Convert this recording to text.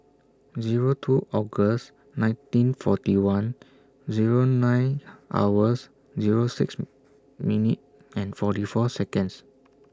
Zero two August nineteen forty one Zero nine hours Zero six minute and forty four Seconds